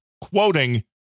quoting